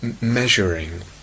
measuring